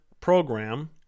program